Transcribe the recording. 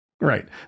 Right